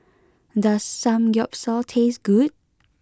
does Samgeyopsal taste good